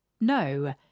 No